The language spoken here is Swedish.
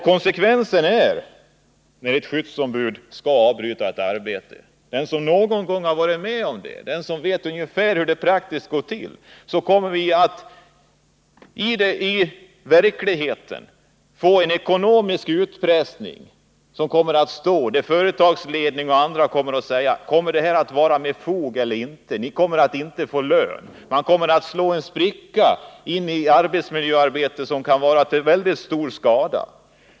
Konsekvensen av nuvarande ordning när ett skyddsombud skall avbryta ett arbete blir, som den som någon gång praktiskt varit med om hur det går till vet, i själva verket en ekonomisk utpressning, där företagsledning och andra intressenter kommer att ifrågasätta om avbrottet skett med fog eller inte. I det senare fallet kommer inte lön att utgå. Därmed skapar ni en spricka i arbetsmiljöarbetet vilken kan vara till mycket stor skada.